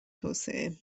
توسعه